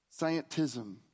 Scientism